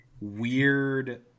weird